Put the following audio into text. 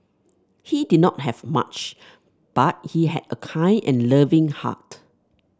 he did not have much but he had a kind and loving heart